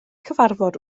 cyfarfod